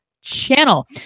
channel